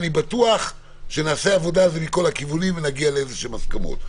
אני בטוח שנעשה עבודה על זה מכל הכיוונים ונגיע לאיזשהם הסכמות,